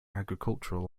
agricultural